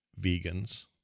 vegans